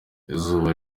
izuba